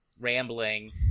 Rambling